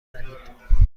زدید